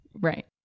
right